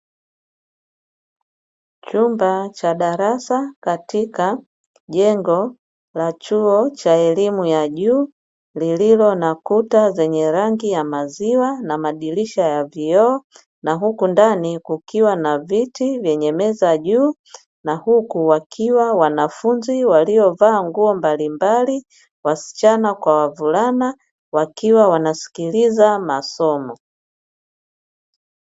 Chumba cha darasa katika jengo la chuo cha elimu ya juu lililo na kuta zenye rangi ya maziwa na madirisha ya vioo, na huku ndani kukiwa na viti vyenye meza juu; na huku wakiwa wanafunzi waliovaa nguo mbalimbali wasichana kwa wavulana wakiwa wanasikiliza masomo.